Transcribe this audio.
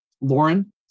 Lauren